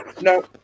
No